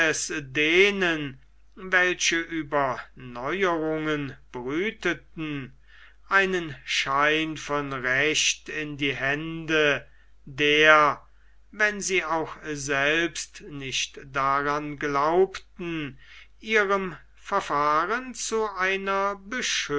denen welche über neuerungen brüteten einen schein von recht in die hände der wenn sie auch selbst nicht daran glaubten ihrem verfahren zu einer